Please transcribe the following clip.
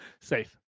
Safe